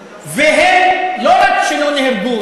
והם לא רק שלא נהרגו,